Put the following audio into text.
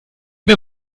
mir